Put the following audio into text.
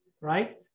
right